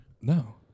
no